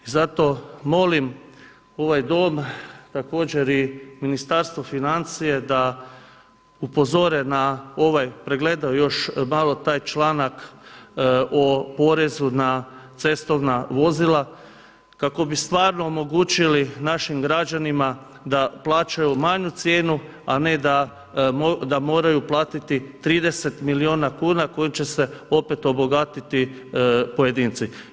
I zato molim ovaj Dom, također i Ministarstvo financija da upozore na ovaj, da pregledaju još malo taj članak o porezu na cestovna vozila kako bi stvarno omogućili našim građanima da plaćaju manju cijenu, a ne da moraju platiti 30 milijuna kuna kojim će se opet obogatiti pojedinci.